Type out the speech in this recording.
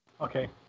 Okay